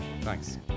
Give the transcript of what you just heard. Thanks